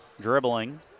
dribbling